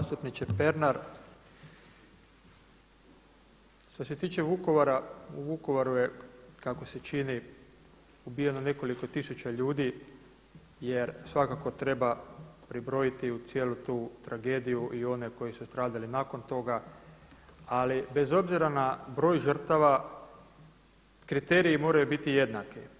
Zastupniče Pernar, što se tiče Vukovara, u Vukovaru je kako se čini ubijeno nekoliko tisuća ljudi jer svakako treba pribrojiti u cijelu tu tragediju i one koji su stradali nakon toga ali bez obzira na broj žrtava kriteriji moraju biti jednaki.